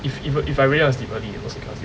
if if if I really want to sleep early also cannot sleep